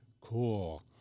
Cool